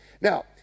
Now